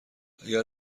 اگر